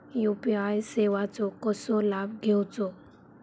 UPI सेवाचो कसो लाभ घेवचो?